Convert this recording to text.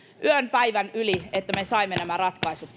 yön päivän yli sen että me saimme nämä ratkaisut